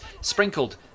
sprinkled